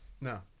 No